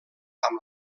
amb